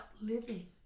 living